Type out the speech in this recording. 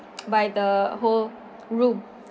by the whole room